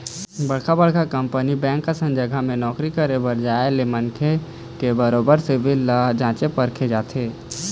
बड़का बड़का company bank असन जघा म नौकरी करे बर जाय ले मनखे के बरोबर सिविल ल जाँचे परखे जाथे